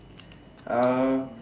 uh